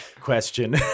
question